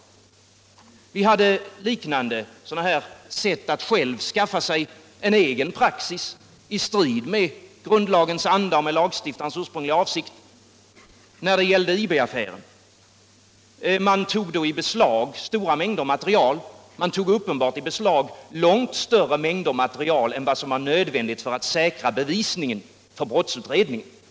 Det förekom liknande sätt att skaffa sig en egen praxis i strid mot grundlagens anda och lagstiftarens ursprungliga avsikt när det gällde IB affären. Man tog då i beslag stora mängder material, uppenbart långt större mängder än vad som var nödvändigt för att säkra bevisningen för brottsutredningen.